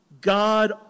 God